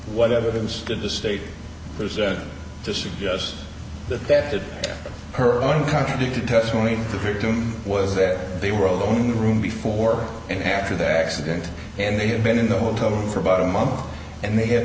whatever it is that the state presented to suggest that that her own contradicted testimony the victim was that they were alone in the room before and after the accident and they had been in the hotel for about a month and they had